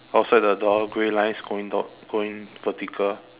outside the door grey lines going down going vertical